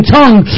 tongue